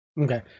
Okay